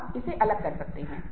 आम तौर पर लोग अच्छे हैं